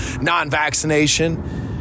non-vaccination